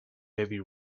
heavy